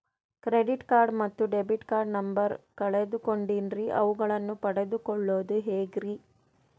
Credit card ಮತ್ತು debit card number ಕಳೆದುಕೊಂಡಿನ್ರಿ ಅವುಗಳನ್ನ ಪಡೆದು ಕೊಳ್ಳೋದು ಹೇಗ್ರಿ?